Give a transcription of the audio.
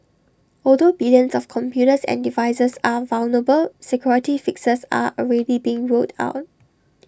although billions of computers and devices are vulnerable security fixes are already being rolled out